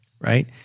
right